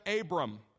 Abram